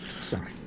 Sorry